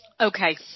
Okay